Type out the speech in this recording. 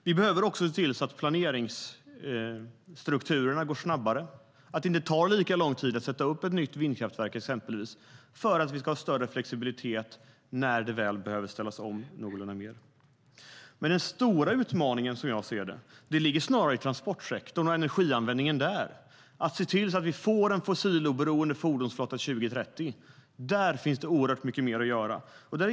Vi behöver också se till att få snabbare planeringsstrukturer, så att det inte tar så lång tid att sätta upp exempelvis ett nytt vindkraftverk. Då kan vi ha större flexibilitet när det behöver ställas om mer. Men den stora utmaningen, som jag ser det, ligger snarare i transportsektorns energianvändning. Vi ska se till att vi får en fossiloberoende fordonsflotta till 2030. Där finns det oerhört mycket mer att göra.